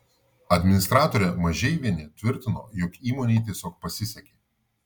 administratorė mažeivienė tvirtino jog įmonei tiesiog pasisekė